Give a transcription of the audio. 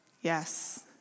Yes